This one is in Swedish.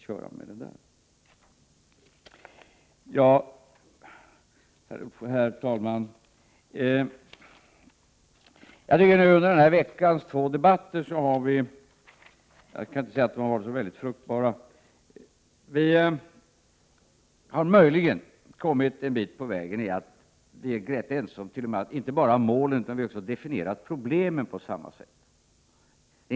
Herr talman! Om den här veckans två debatter kan jag inte säga att de har varit så fruktbara. Möjligen har vi kommit en bit på väg, så att vi inte bara är ense om målen utan också har definierat problemen på samma sätt.